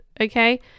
okay